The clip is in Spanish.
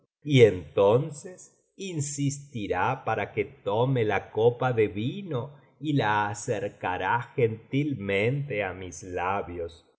y entonces insistirá para que tome la copa de vino y la acercará gentilmente á mis labios